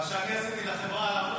מה שאני עשיתי לחברה הערבית,